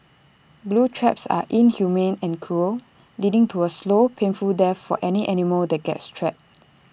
glue traps are inhumane and cruel leading to A slow painful death for any animal that gets trapped